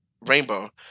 Rainbow